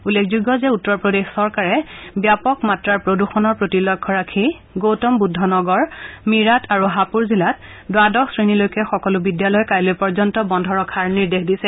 উল্লেখযোগ্য যে উত্তৰ প্ৰদেশ চৰকাৰে ব্যাপক মাত্ৰাৰ প্ৰদূষণৰ প্ৰতি লক্ষ্য ৰাখি গৌতম বুদ্ধ নগৰ মীৰাট আৰু হাপুৰ জিলাত দ্বাদশ শ্ৰেণীলৈকে সকলো বিদ্যালয় কাইলৈ পৰ্যন্ত বন্ধ ৰখা নিৰ্দেশ দিছে